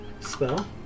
spell